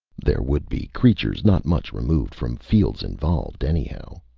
there would be creatures not much removed from fields involved, anyhow.